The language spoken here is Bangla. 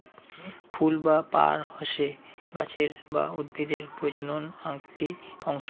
ফুল বা পার হসে গাছের বা উদ্ভিদের প্রজনন আকটি অংশ